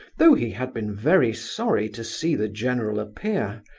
though he had been very sorry to see the general appear.